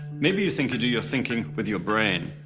maybe you think you do your thinking with your brain.